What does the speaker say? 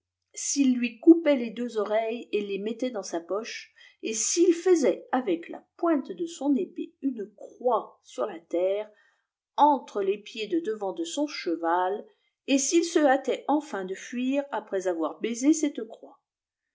s'il lui coupait les deux oreilles et les mettait dans sa poche et s'il faisait avec la pointe de son épée une croix sûr la terre entre les pieds de devant de son cheval et s'il se hâtait enfin de fuir après avoir baisé cette croix